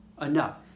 enough